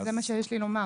זה מה שיש לי לומר,